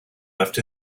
left